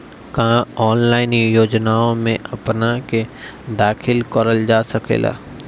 का ऑनलाइन योजनाओ में अपना के दाखिल करल जा सकेला?